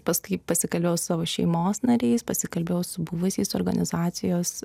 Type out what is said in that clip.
paskui pasikalbėjau su savo šeimos nariais pasikalbėjau su buvusiais organizacijos